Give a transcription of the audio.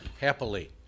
happily